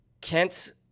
Kent